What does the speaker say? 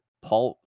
Paul